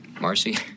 Marcy